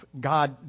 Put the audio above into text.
God